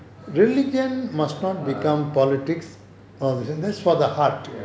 uh ya